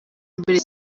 mbere